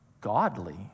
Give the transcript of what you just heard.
godly